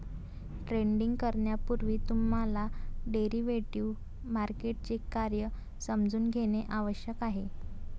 trading करण्यापूर्वी तुम्हाला derivative मार्केटचे कार्य समजून घेणे आवश्यक आहे